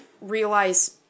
realize